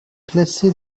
classé